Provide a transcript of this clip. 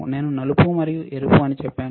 నేను నలుపు మరియు ఎరుపు అని చెప్పాను